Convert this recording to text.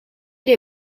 les